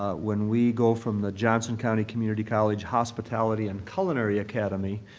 ah when we go from the johnson county community college hospitality and culinary academy,